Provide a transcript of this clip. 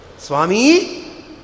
Swami